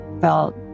felt